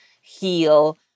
heal